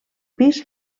pis